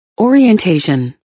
Orientation